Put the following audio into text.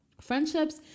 Friendships